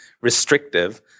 restrictive